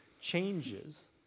changes